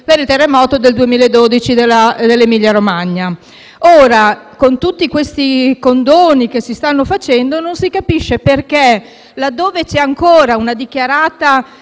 per il terremoto del 2008 dell'Emilia-Romagna. Con tutti i condoni che si stanno facendo, non si capisce perché, laddove c'è ancora una dichiarata